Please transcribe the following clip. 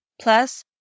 Plus